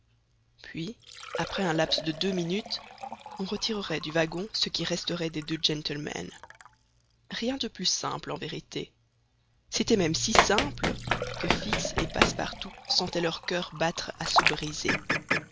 puis après un laps de deux minutes on retirerait du wagon ce qui resterait des deux gentlemen rien de plus simple en vérité c'était même si simple que fix et passepartout sentaient leur coeur battre à se briser